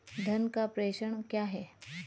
धन का प्रेषण क्या है?